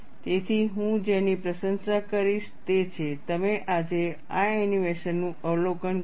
તેથી હું જેની પ્રશંસા કરીશ તે છે તમે આજે આ એનિમેશનનું અવલોકન કરો